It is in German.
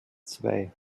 zwei